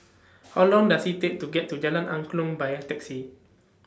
How Long Does IT Take to get to Jalan Angklong By Taxi